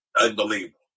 unbelievable